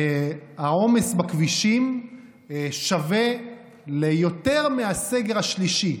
העומס בכבישים שווה ליותר מהסגר השלישי.